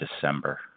December